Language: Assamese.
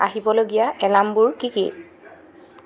আহিবলগীয়া এলাৰ্মবোৰ কি কি